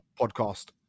podcast